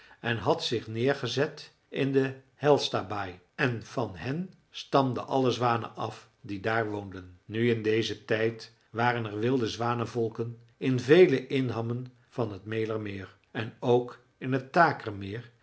en had zich neergezet in de hjälstabaai en van hen stamden alle zwanen af die daar woonden nu in dezen tijd waren er wilde zwanenvolken in vele inhammen van t mälermeer en ook in t takermeer